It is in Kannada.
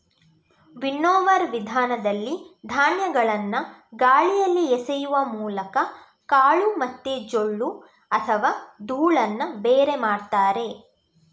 ವಿನ್ನೋವರ್ ವಿಧಾನದಲ್ಲಿ ಧಾನ್ಯಗಳನ್ನ ಗಾಳಿಯಲ್ಲಿ ಎಸೆಯುವ ಮೂಲಕ ಕಾಳು ಮತ್ತೆ ಜೊಳ್ಳು ಅಥವಾ ಧೂಳನ್ನ ಬೇರೆ ಮಾಡ್ತಾರೆ